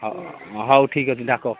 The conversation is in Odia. ହ ହଉ ଠିକ୍ ଅଛି ଡାକ